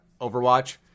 Overwatch